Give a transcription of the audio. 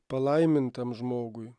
palaimintam žmogui